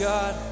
God